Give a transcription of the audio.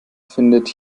findet